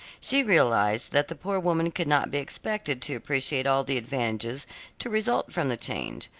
she realized that the poor woman could not be expected to appreciate all the advantages to result from the change,